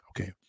Okay